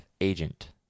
agent